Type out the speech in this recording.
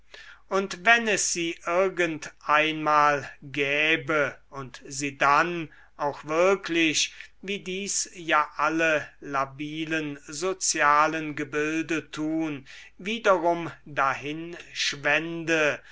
und wenn es sie irgend einmal gäbe und sie dann auch wirklich wie dies ja alle labilen sozialen gebilde tun wiederum